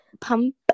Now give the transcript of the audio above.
pump